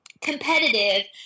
competitive